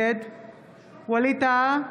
ווליד טאהא,